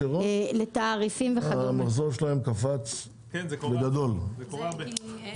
אגב, לפעמים מכירות קופצות בכלל הכשרות,